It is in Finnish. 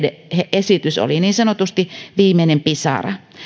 esitys oli niin sanotusti viimeinen pisara